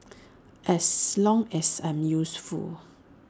as long as I'm useful